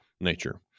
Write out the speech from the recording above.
nature